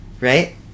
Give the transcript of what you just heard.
right